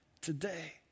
today